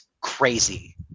crazy